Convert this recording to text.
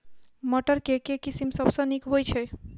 मटर केँ के किसिम सबसँ नीक होइ छै?